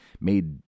made